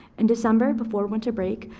in december, before winter break,